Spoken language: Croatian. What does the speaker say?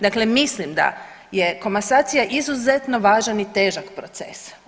Dakle, mislim da je komasacija izuzetno važan i težak proces.